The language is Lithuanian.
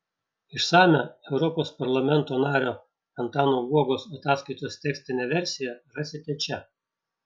išsamią europos parlamento nario antano guogos ataskaitos tekstinę versiją rasite čia